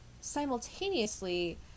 simultaneously